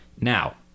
Now